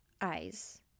eyes